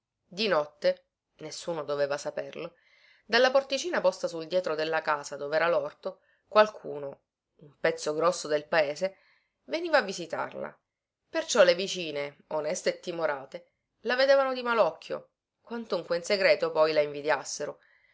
di notte nessuno doveva saperlo dalla porticina posta sul dietro della casa dovera lorto qualcuno un pezzo grosso del paese veniva a visitarla perciò le vicine oneste e timorate la vedevano di malocchio quantunque in segreto poi la